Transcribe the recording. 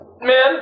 Man